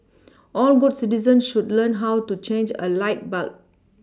all good citizens should learn how to change a light bulb